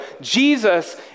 Jesus